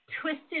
twisted